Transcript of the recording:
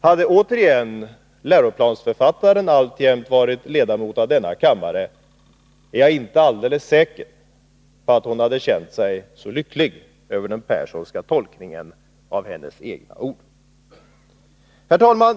Hade återigen läroplansförfattaren alltjämt varit ledamot av denna kammare, är jag inte alldeles säker på att hon hade känt sig så lycklig över den Perssonska tolkningen av hennes egna ord. Herr talman!